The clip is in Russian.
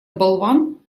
болван